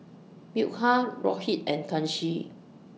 Milkha Rohit and Kanshi